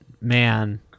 man